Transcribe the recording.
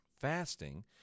Fasting